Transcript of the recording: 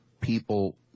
people